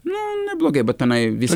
nu neblogai bet tenai vis